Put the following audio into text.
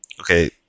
Okay